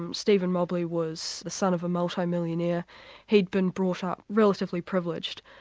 and stephen mobley was the son of a multi-millionaire he'd been brought up relatively privileged.